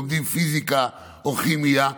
לומדים פיזיקה או כימיה,